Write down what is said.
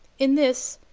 in this,